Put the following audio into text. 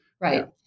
Right